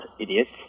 idiots